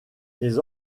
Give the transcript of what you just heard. les